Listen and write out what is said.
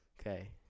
Okay